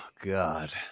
god